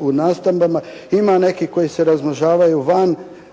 u nastambama, ima nekih koji se razmnožavaju van,